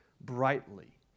brightly